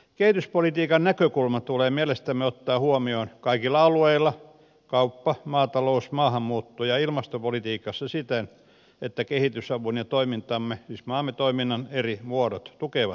kehityspolitiikan näkökulma tulee mielestämme ottaa huomioon kaikilla alueilla kaupassa maataloudessa maahanmuutossa ja ilmastopolitiikassa siten että kehitysavun ja toimintamme siis maamme toiminnan eri muodot tukevat toisiaan